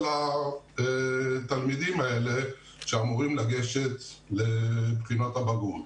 התלמידים האלה שאמורים לגשת לבחינות הבגרות.